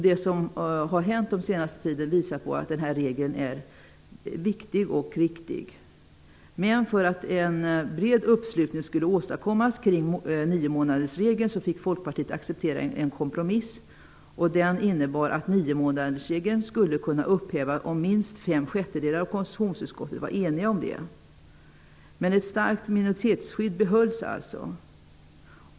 Det som har hänt den senaste tiden visar att denna niomånadersregel är viktig och riktig. Men för att en bred uppslutning kring niomånadersregeln skulle kunna åstadkommas fick Folkpartiet acceptera en kompromiss som innebar att niomånadersregeln skulle kunna upphävas om minst fem sjättedelar av konstitutionsutskottet var eniga om detta. Men man behöll alltså ett starkt minoritetsskydd.